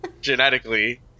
Genetically